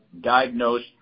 diagnosed